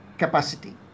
capacity